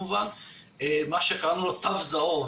מה שקראנו לו תו זהוב,